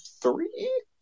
three